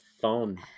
phone